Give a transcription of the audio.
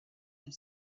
have